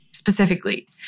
specifically